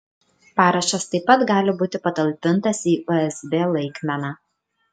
parašas taip pat gali būti patalpintas į usb laikmeną